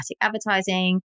advertising